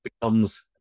becomes